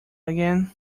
again